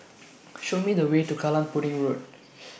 Show Me The Way to Kallang Pudding Road